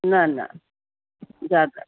न न ज्यादा